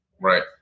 Right